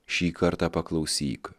šį kartą paklausyk